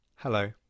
Hello